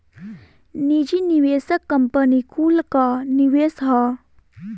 निजी निवेशक कंपनी कुल कअ निवेश हअ